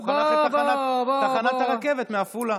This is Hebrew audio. הוא חנך את תחנת הרכבת בעפולה.